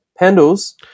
Pendles